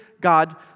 God